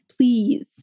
Please